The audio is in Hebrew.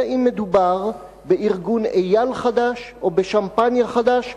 אלא אם מדובר בארגון אי"ל חדש או ב"שמפניה" חדש,